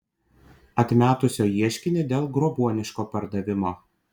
atmetusio ieškinį dėl grobuoniško pardavimo